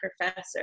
professor